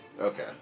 Okay